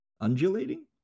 Undulating